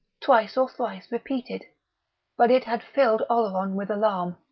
twice or thrice repeated but it had filled oleron with alarm.